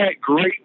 great